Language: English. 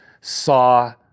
saw